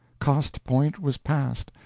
cost point was passed.